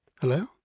Hello